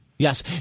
Yes